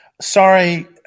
sorry